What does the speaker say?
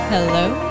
Hello